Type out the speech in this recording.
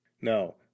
Now